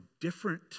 different